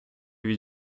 від